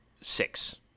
six